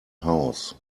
house